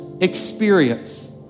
experience